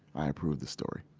i approve this story.